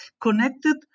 connected